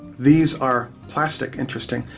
these are plastic, interesting.